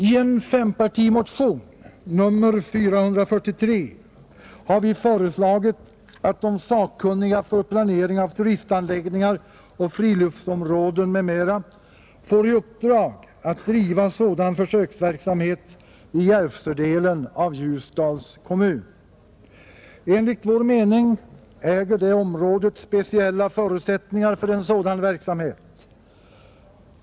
I en fempartimotion, nr 443, har vi föreslagit att de sakkunniga för planering av turistanläggningar och friluftsområden m.m. får i uppdrag att bedriva sådan försöksverksamhet i Järvsödelen av Ljusdals kommun. Enligt vår mening äger det området speciella förutsättningar för en sådan verksamhet.